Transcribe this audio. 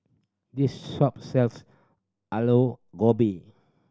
this shop sells Aloo Gobi